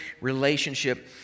relationship